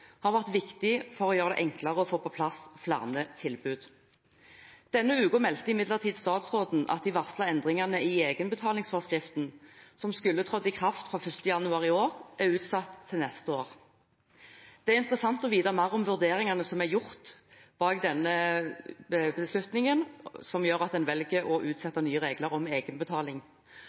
har vært viktig for å gjøre det enklere å få på plass flere tilbud. Denne uken meldte imidlertid statsråden at de varslede endringene i egenbetalingsforskriften som skulle trådt i kraft fra 1. januar i år, er utsatt til neste år. Det er interessant å få vite mer om vurderingene som er gjort bak denne beslutningen, som gjør at en velger å utsette nye regler om egenbetaling.